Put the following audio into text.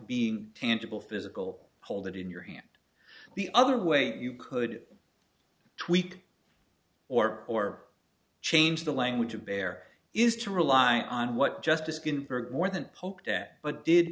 being tangible physical hold it in your hand the other way you could tweak or or change the language to bear is to rely on what justice ginsburg more than poked at but did